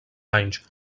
anys